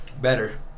Better